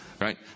right